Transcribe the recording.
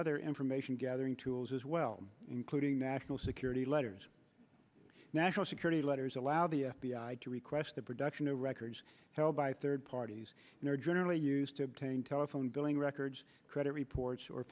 other information gathering tools as well including national security letters national security letters allow the f b i to request the production of records held by third parties and are generally used to chain telephone billing records credit reports or